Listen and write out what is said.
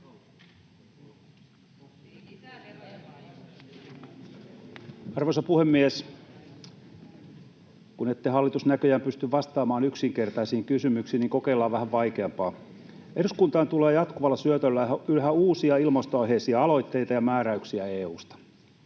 Arvoisa puhemies! Kun ette, hallitus, näköjään pysty vastaamaan yksinkertaisiin kysymyksiin, niin kokeillaan vähän vaikeampaa. Eduskuntaan tulee jatkuvalla syötöllä yhä uusia ilmastoaiheisia aloitteita ja määräyksiä EU:sta.